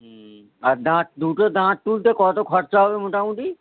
হুম আর দাঁত দুটো দাঁত তুলতে কতো খরচা হবে মোটামুটি